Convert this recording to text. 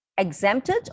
exempted